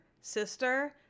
sister